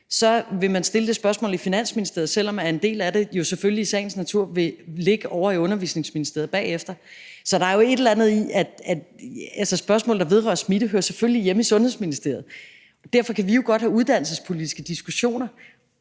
vil man stille det spørgsmål i Finansministeriet, selv om en del af det selvfølgelig i sagens natur vil ligge ovre i Børne- og Undervisningsministeriet bagefter. Så der er jo et eller andet i, at spørgsmål, der vedrører smitte, selvfølgelig hører hjemme i Sundhedsministeriet, men derfor kan vi jo godt have uddannelsespolitiske diskussioner